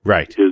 Right